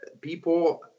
people